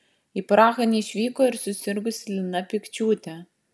į prahą neišvyko ir susirgusi lina pikčiūtė